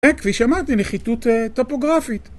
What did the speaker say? כן, כפי שאמרתי, נחיתות טופוגרפית.